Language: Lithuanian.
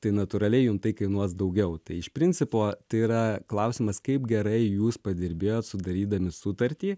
tai natūraliai jum tai kainuos daugiau tai iš principo tai yra klausimas kaip gerai jūs padirbėjot sudarydami sutartį